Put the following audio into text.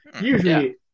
usually